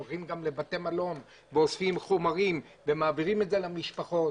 הם גם עוברים בין בתי המלון ואוספים חומרים ומעבירים אותם למשפחות.